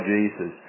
Jesus